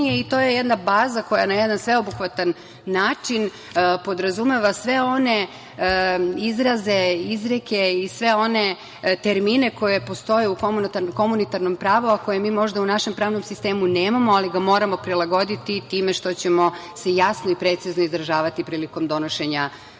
i to je jedna baza koja na jedan sveobuhvatan način podrazumeva sve one izraze, izreke i sve one termine koji postoje u komunitarnom pravu, a koje mi možda u našem pravnom sistemu nemamo, ali ga moramo prilagoditi time što ćemo se jasno i precizno izražavati prilikom donošenja